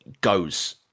goes